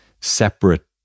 separate